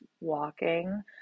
walking